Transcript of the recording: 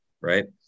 right